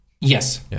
yes